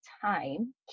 time